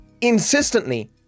insistently